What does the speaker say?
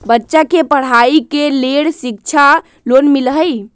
बच्चा के पढ़ाई के लेर शिक्षा लोन मिलहई?